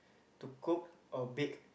to cook or bake